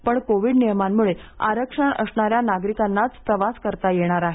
पण कोविड नियमांमुळे आरक्षण असणाऱ्या नागरिकांनाच प्रवास करता येत आहे